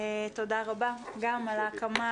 תודה רבה גם על ההקמה,